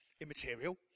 immaterial